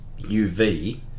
UV